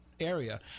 area